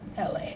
LA